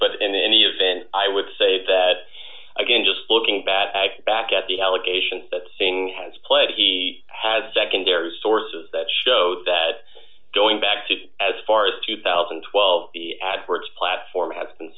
but in any event i would say that again just looking back back at the allegation that singh has played he had secondary sources that show that going back to as far as two thousand and twelve the adverts platform has been